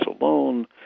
alone